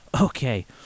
Okay